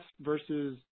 versus